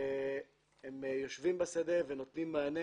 הם יושבים בשדה ונותנים מענה